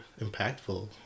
impactful